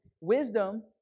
wisdom